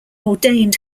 ordained